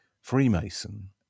freemason